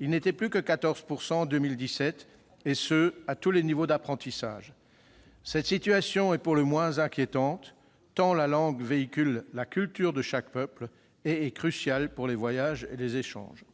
ils n'étaient plus que 14 % en 2017, et ce à tous les niveaux d'apprentissage. Cette situation est pour le moins inquiétante, tant la langue véhicule la culture de chaque peuple, et tant elle est cruciale pour les voyages et les échanges.